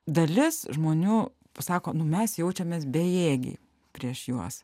dalis žmonių pasako nu mes jaučiamės bejėgiai prieš juos